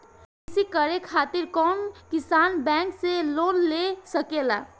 कृषी करे खातिर कउन किसान बैंक से लोन ले सकेला?